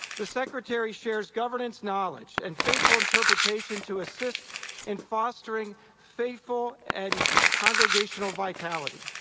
the secretary shares governance knowledge and faithful interpretation to assist in fostering faithful and congregational vitality,